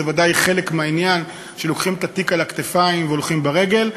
זה ודאי חלק מהעניין שלוקחים את התיק על הכתפיים והולכים ברגל.